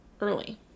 early